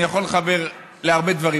אני יכול לחבר להרבה דברים,